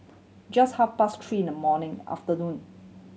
just half past three in the morning afternoon